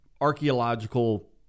archaeological